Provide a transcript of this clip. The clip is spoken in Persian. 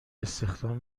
استخدام